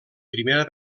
primera